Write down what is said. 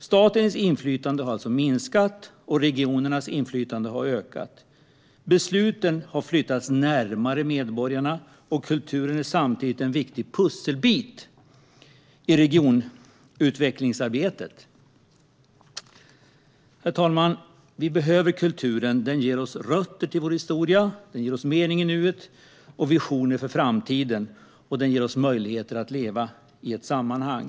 Statens inflytande har minskat, och regionernas inflytande har ökat. Besluten har flyttats närmare medborgarna, och kulturen är samtidigt en viktig pusselbit i regionutvecklingsarbetet. Herr talman! Vi behöver kulturen. Den ger oss rötter till vår historia. Den ger oss mening i nuet, visioner för framtiden och möjligheter att leva i ett sammanhang.